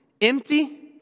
empty